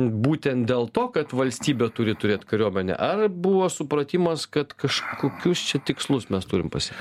būtent dėl to kad valstybė turi turėt kariuomenę ar buvo supratimas kad kažkokius čia tikslus mes turim pasiekt